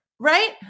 Right